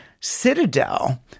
Citadel